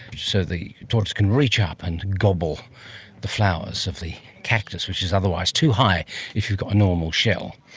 so the tortoise can reach up and gobble the flowers of the cactus which is otherwise too high if you've got a normal shell.